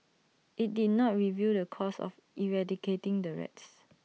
IT did not reveal the cost of eradicating the rats